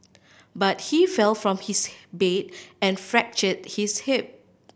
but he fell from his bed and fractured his hip